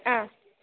ஆ